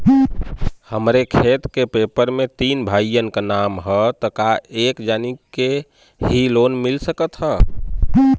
हमरे खेत के पेपर मे तीन भाइयन क नाम ह त का एक जानी के ही लोन मिल सकत ह?